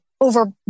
over